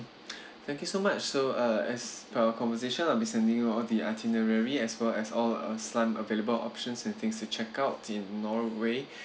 thank you so much so uh as per our conversation I'll be sending all the itinerary as well as all of some available options and things to check out in norway